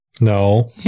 No